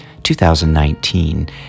2019